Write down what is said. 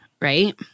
right